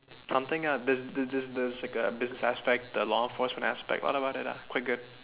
something ah there's there's there's there's like a business aspect a law enforcement aspect all about it ah quite good